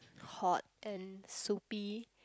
hot and soupy